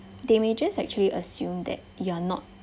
they may just actually assume that you are not